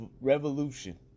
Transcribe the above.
Revolution